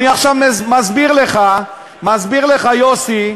אני עכשיו מסביר לך, יוסי.